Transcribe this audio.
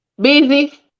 Busy